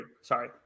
Sorry